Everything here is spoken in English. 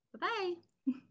bye-bye